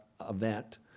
event